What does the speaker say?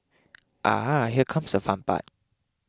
Ah here comes the fun part